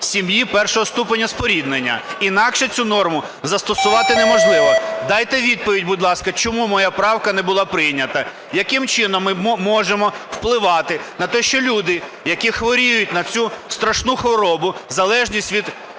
сім'ї першого ступеня споріднення, інакше цю норму застосувати неможливо. Дайте відповідь, будь ласка, чому моя правка не була прийнята? Яким чином ми можемо впливати на те, що люди, які хворіють на цю страшну хворобу, залежність від